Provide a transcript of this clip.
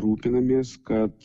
rūpinamės kad